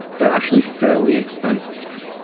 they're actually fairly expensive.